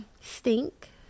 stink